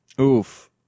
oof